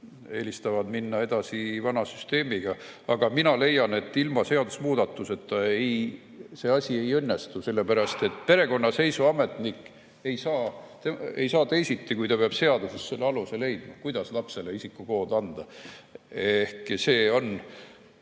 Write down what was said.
eelistavad minna edasi vana süsteemiga. Aga mina leian, et ilma seadusemuudatuseta see asi ei õnnestu, sellepärast et perekonnaseisuametnik ei saa teisiti, kui ta peab seadusest selle aluse leidma, kuidas lapsele isikukood anda. See on